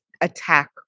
attack